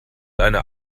eine